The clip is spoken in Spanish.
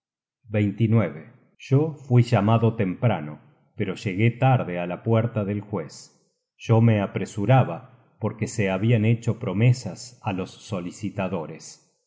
calla yo fui llamado temprano pero llegué tarde á la puerta del juez yo me apresuraba porque se habian hecho promesas á los solicitadores